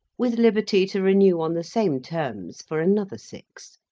with liberty to renew on the same terms for another six,